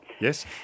Yes